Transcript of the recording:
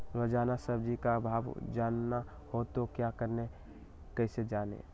रोजाना सब्जी का भाव जानना हो तो क्या करें कैसे जाने?